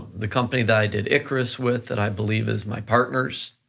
the company that i did icarus with, that i believe is my partner's,